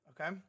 Okay